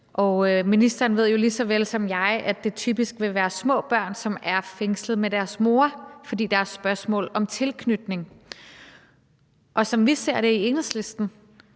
Ministeren ved jo lige så vel som jeg, at det typisk vil være små børn, som er fængslet med deres mor, fordi der er spørgsmål om tilknytning. Som vi ser det i Enhedslisten,